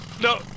no